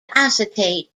acetate